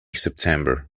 september